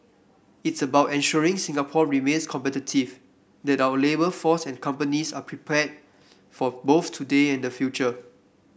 it's about ensuring Singapore remains competitive that our labour force and companies are prepared for both today and the future